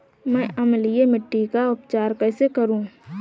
मैं अम्लीय मिट्टी का उपचार कैसे करूं?